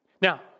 Now